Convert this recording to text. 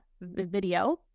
video